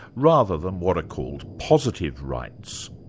rather than what are called positive rights.